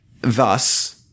Thus